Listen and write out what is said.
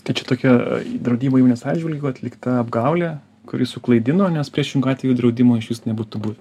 tai čia tokia draudimo įmonės atžvilgiu atlikta apgaulė kuri suklaidino nes priešingu atveju draudimo išvis nebūtų buvę